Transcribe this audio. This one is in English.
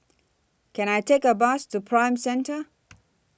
Can I Take A Bus to Prime Centre